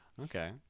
Okay